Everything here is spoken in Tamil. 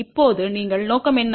இப்போது எங்கள் நோக்கம் என்ன